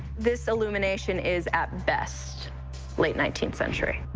this illumination is at best late nineteenth century.